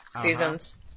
seasons